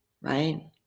right